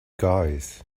guys